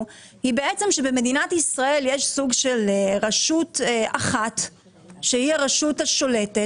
האשראי הוא שבמדינת ישראל יש רשות אחת ששולטת,